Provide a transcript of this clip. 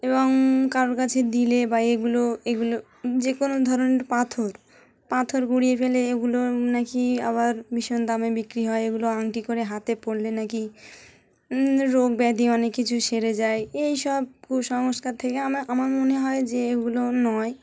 এবং কারোর কাছে দিলে বা এগুলো এগুলো যে কোনো ধরনের পাথর পাথর গুঁড়িয়ে ফেলে এগুলো নাাকি আবার ভীষণ দামে বিক্রি হয় এগুলো আংটি করে হাতে পড়লে নাকি রোগ ব্যাধি অনেক কিছু সেরে যায় এই সব কুসংস্কার থেকে আমার আমার মনে হয় যে এগুলো নয়